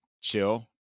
chill